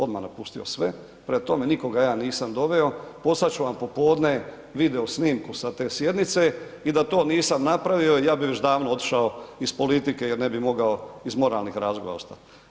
Odmah napustio sve, prema tome, nikoga ja nisam doveo, poslat ću vam popodne video snimku sa te sjednice i da to nisam napravio, ja bih već davno otišao iz politike jer ne bi mogao iz moralnih razloga ostati.